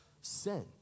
sin